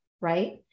right